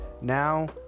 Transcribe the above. now